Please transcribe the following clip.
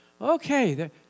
Okay